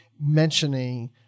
mentioning